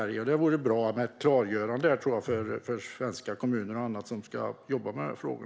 Jag tror att det vore bra med ett klargörande för svenska kommuner och andra som ska jobba med dessa frågor.